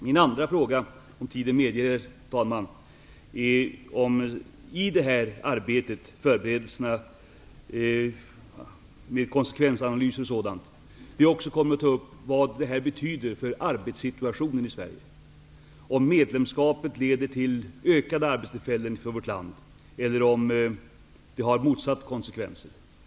Min andra fråga är om man i det här arbetet, i förberedelserna, med konsekvensanalyser och sådant, också kommer att ta upp vad detta betyder för arbetssituationen i Sverige, dvs. om medlemskapet leder till ökade arbetstillfällen för vårt land eller om det har motsatta konsekvenser.